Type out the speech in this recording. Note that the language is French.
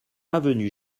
avenue